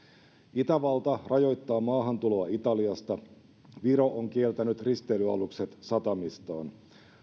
itävalta rajoittaa maahantuloa italiasta viro on kieltänyt risteilyalukset satamistaan